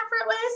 effortless